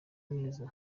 neza